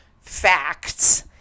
Facts